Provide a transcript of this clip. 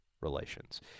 Relations